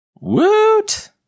Woot